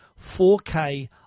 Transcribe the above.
4K